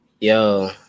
Yo